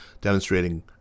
demonstrating